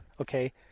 Okay